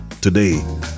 today